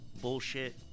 bullshit